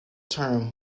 term